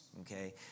Okay